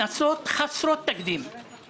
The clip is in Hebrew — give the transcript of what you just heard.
עם פתרון, אדוני היושב-ראש.